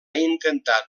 intentat